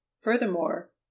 Furthermore